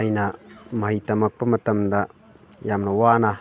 ꯑꯩꯅ ꯃꯍꯩ ꯇꯝꯃꯛꯄ ꯃꯇꯝꯗ ꯌꯥꯝꯅ ꯋꯥꯅ